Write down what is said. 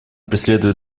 преследует